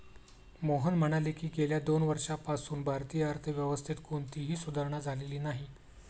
मोहन म्हणाले की, गेल्या दोन वर्षांपासून भारतीय अर्थव्यवस्थेत कोणतीही सुधारणा झालेली नाही